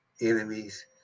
enemies